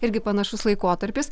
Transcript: irgi panašus laikotarpis